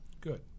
good